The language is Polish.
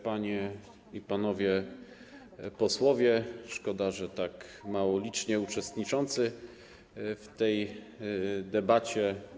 Panie i Panowie Posłowie - szkoda, że tak mało licznie uczestniczący w tej debacie!